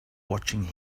watching